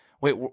wait